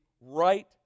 right